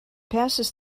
passes